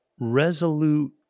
resolute